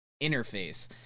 interface